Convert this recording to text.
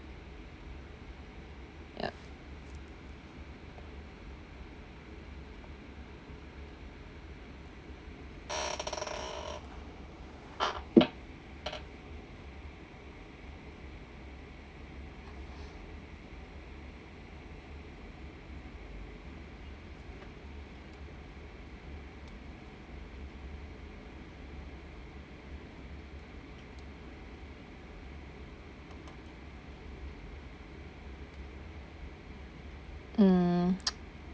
ya mm